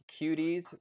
cuties